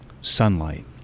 sunlight